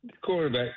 quarterback